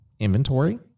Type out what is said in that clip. inventory